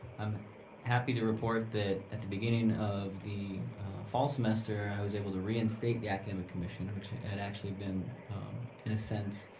i'm happy to report that at the beginning of the fall semester, i was able to reinstate the academic commission which it actually been in a sense